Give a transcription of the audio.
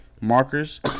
markers